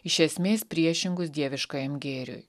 iš esmės priešingus dieviškajam gėriui